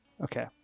Okay